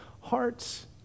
hearts